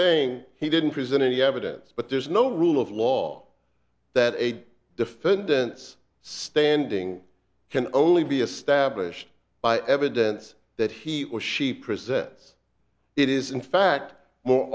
saying he didn't present any evidence but there's no rule of law that a defendant's standing can only be a stablished by evidence that he or she presents it is in fact more